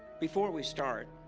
before we start